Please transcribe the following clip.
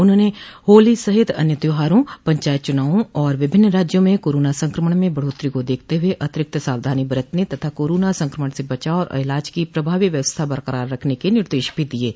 उन्होंने होली सहित अन्य त्यौहारों पंचायत चुनावों और विभिन्न राज्यों में कोरोना संक्रमण में बढ़ोत्तरी को देखते हुए अतिरिक्त सावधानी बरतने तथा कोराना संकमण से बचाव और इलाज की प्रभावी व्यवस्था बरकरार रखने के निर्देश भी दिये हैं